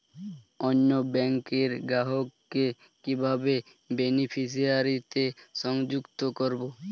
অন্য ব্যাংক র গ্রাহক কে কিভাবে বেনিফিসিয়ারি তে সংযুক্ত করবো?